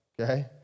okay